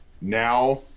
now